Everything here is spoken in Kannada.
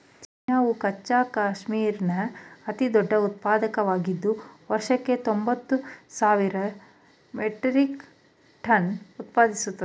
ಚೀನಾವು ಕಚ್ಚಾ ಕ್ಯಾಶ್ಮೀರ್ನ ಅತಿದೊಡ್ಡ ಉತ್ಪಾದಕವಾಗಿದ್ದು ವರ್ಷಕ್ಕೆ ಹತ್ತೊಂಬತ್ತು ಸಾವಿರ ಮೆಟ್ರಿಕ್ ಟನ್ ಉತ್ಪಾದಿಸ್ತದೆ